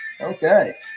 Okay